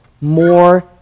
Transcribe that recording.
more